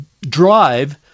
drive